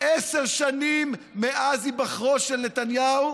עשר שנים מאז היבחרו של נתניהו,